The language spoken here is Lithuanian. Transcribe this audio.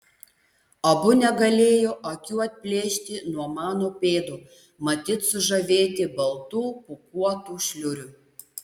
abu negalėjo akių atplėšti nuo mano pėdų matyt sužavėti baltų pūkuotų šliurių